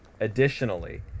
additionally